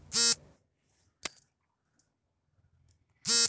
Balance ತಿಳಿದುಕೊಳ್ಳಲು ಉಚಿತವಾಗಿ ಕರೆ ಮಾಡಲು ಬ್ಯಾಂಕಿನ ಮೊಬೈಲ್ ನಂಬರ್ ದೊರೆಯುವುದೇ?